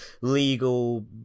legal